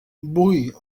bull